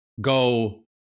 go